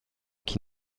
qui